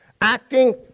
acting